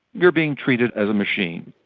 you are being treated as a machine.